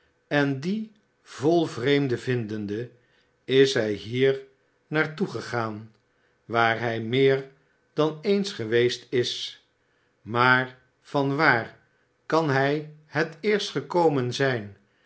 en die vol vreemden vindende is hij hier naar toe gegaan waar hij meer dan eens geweest is maar van waar kan hij het eerst gekomen zijn